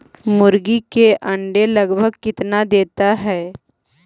मुर्गी के अंडे लगभग कितना देता है?